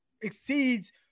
exceeds